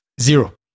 Zero